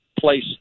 place